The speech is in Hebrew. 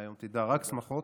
ומהיום תדע רק שמחות,